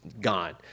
gone